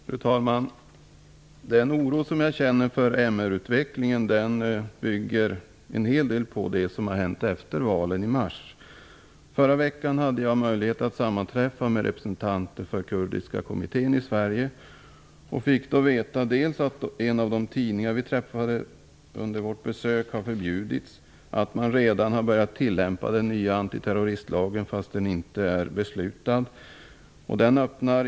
Fru talman! Den oro som jag känner inför MR utvecklingen i Turkiet grundas till stor del på det som har hänt efter valen i mars. Förra veckan hade jag möjlighet att sammanträffa med representanter för den kurdiska kommittén i Sverige och fick då veta dels att en av de tidningar som vi besökte när vi var där har förbjudits, dels att man redan har börjat tillämpa den nya antiterroristlagen, fastän det inte har fattats beslut om den.